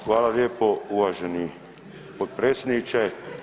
Hvala lijepo uvaženi potpredsjedniče.